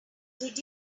did